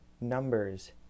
numbers